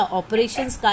operations